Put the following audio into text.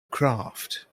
craft